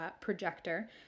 projector